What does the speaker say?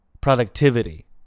productivity